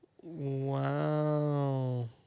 Wow